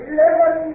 Eleven